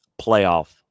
playoff